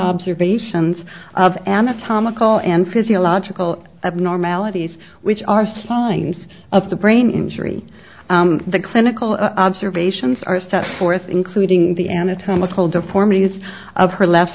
observations of anatomical and physiological abnormalities which are signs of the brain injury the clinical observations are set forth including the anatomical deformities of her left